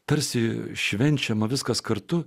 tarsi švenčiama viskas kartu